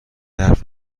حرف